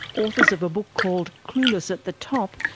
authors of a book called clueless at the top,